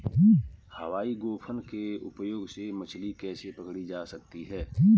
हवाई गोफन के उपयोग से मछली कैसे पकड़ी जा सकती है?